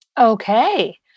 Okay